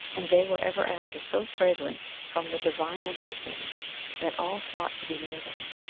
and they were ever after so fragrant from the divine anointing that all sought to be near them.